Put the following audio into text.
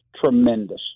tremendous